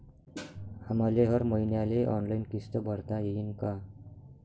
आम्हाले हर मईन्याले ऑनलाईन किस्त भरता येईन का?